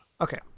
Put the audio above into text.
Okay